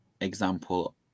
example